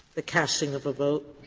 the casting of a vote?